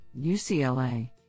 UCLA